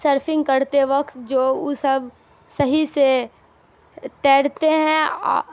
surfing کرتے وقت جو ا سب صحیح سے تیرتے ہیں